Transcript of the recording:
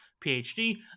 phd